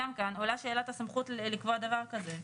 גם כאן עולה שאלת הסמכות לקבוע דבר כזה.